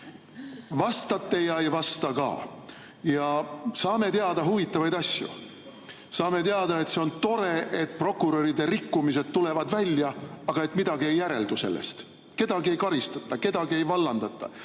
vastate ja ei vasta ka. Ja saame teada huvitavaid asju. Saame teada, et see on tore, et prokuröride rikkumised tulevad välja, aga et midagi ei järeldu sellest. Kedagi ei karistata, kedagi ei vallandata,